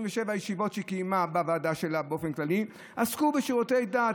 37 ישיבות שהיא קיימה בוועדה שלה באופן כללי עסקו בשירותי דת,